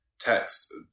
text